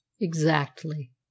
Exactly